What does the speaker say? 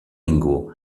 ningú